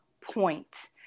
point